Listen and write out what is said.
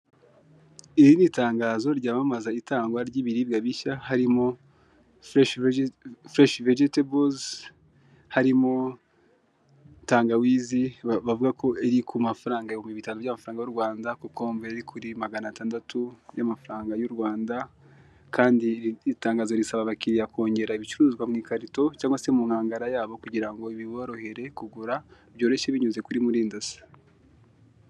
Iri ni tangazo ryamamaza itangwa ry'ibiribwa bishya, harimo fureshi vejetebozi, harimo tangawizi bavuga ko iri ku mafaranga ibihumbi bitanu by'amafaranga y'u Rwanda, kokombure iri kuri magana atandatu y'amafaranga y'u Rwanda, kandi iri tangazo risaba abakiriya kongera ibicuruzwa mu ikarito cyangwa se mu nkangara yabo, kugira ngo biborohere kugura byoroshye binyuze kuri murandasi.